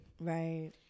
Right